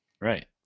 Right